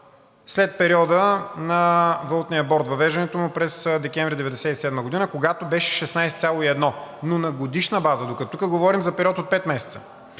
след периода на валутния борд, въвеждането му през декември 1997 г., когато беше 16,1, но на годишна база, докато тук говорим за период от пет месеца.